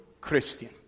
Christian